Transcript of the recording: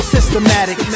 Systematic